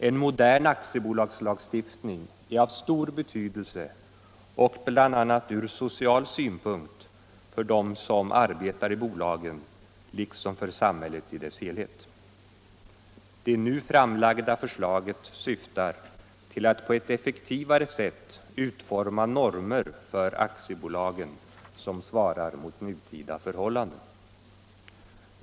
En modern aktiebolagslagstiftning är av stor betydelse bl.a. ur social synpunkt för dem som arbetar i bolagen liksom för samhället i dess helhet. Det nu framlagda förslaget syftar till att på ett effektivare sätt utforma normer för aktiebolagen som svarar mot nutida förhållanden.